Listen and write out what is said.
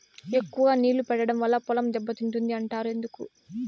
ఎక్కువగా నీళ్లు పెట్టడం వల్ల పొలం దెబ్బతింటుంది అంటారు ఎందుకు?